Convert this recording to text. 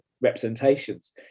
representations